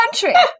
country